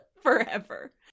forever